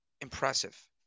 impressive